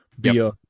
beer